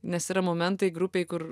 nes yra momentai grupėj kur